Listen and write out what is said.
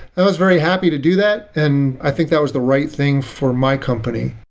i was very happy to do that and i think that was the right thing for my company.